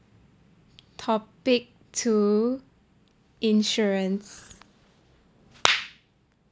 topic two insurance